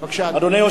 בבקשה, אדוני.